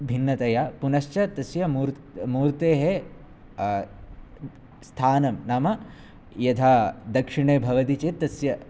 भिन्नतया पुनश्च तस्य मूर् मूर्तेः स्थानं नाम यथा दक्षिणे भवति चेत् तस्य